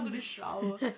mm